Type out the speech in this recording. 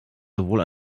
sowohl